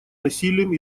насилием